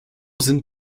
sind